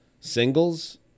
singles